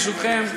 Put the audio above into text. ברשותכם.